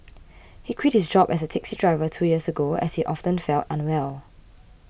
he quit his job as a taxi driver two years ago as he often felt unwell